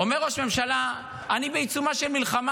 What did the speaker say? אומר ראש ממשלה: אני בעיצומה של מלחמה,